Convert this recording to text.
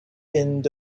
end